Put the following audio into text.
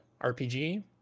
RPG